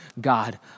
God